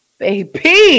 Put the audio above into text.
baby